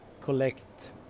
collect